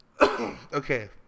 Okay